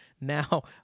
Now